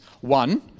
One